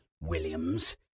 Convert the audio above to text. williams